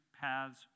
paths